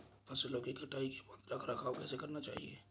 फसलों की कटाई के बाद रख रखाव कैसे करना चाहिये?